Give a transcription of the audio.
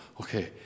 Okay